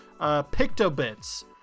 PictoBits